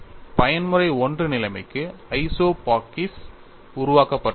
பயன்முறை I நிலைமைக்கு ஐசோபாகிக்ஸ் உருவாக்கப்பட்டுள்ளன